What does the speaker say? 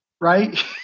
right